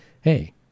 Hey